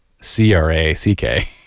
C-R-A-C-K